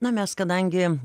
na mes kadangi